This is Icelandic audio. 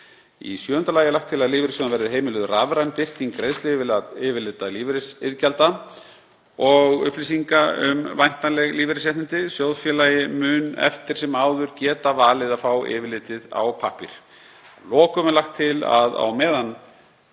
Í sjöunda lagi er lagt til að lífeyrissjóðum verði heimiluð rafræn birting greiðsluyfirlita lífeyrisiðgjalda og upplýsinga um væntanleg lífeyrisréttindi. Sjóðfélagi mun eftir sem áður geta valið að fá yfirlitið á pappír. Að lokum er lagt til að á meðan